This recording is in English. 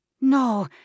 No